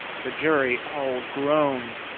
the jury all groaned,